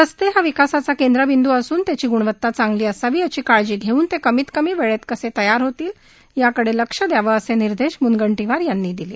रस्ते हा विकासाचा केंद्र बिंद् असून त्याची गुणवत्ता चांगली असावी याची काळजी घेऊन ते कमीत कमी वेळेत कसे तयार होतील याकडे लक्ष द्यावं असं निर्देश मूनगंटीवार यांनी दिलं